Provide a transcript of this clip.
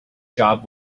job